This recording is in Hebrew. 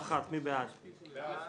הצבעה בעד